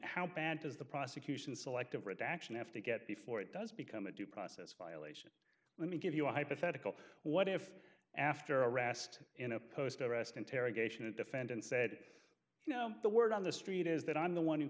how bad does the prosecution selective redaction have to get before it does become a due process violation let me give you a hypothetical what if after arrest in a post arrest interrogation a defendant said you know the word on the street is that i'm the one who